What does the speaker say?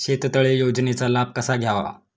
शेततळे योजनेचा लाभ कसा घ्यावा?